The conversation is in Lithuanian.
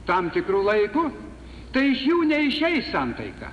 tam tikru laiku tai iš jų neišeis santaika